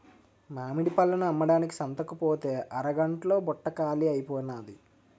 మామిడి పళ్ళను అమ్మడానికి సంతకుపోతే అరగంట్లో బుట్ట కాలీ అయిపోనాది